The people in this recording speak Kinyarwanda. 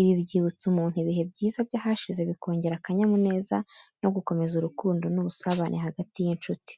Ibi byibutsa umuntu ibihe byiza by'ahashize, bikongera akanyamuneza no gukomeza urukundo n’ubusabane hagati y’incuti.